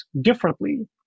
differently